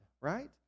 right